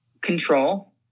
Control